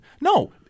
No